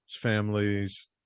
families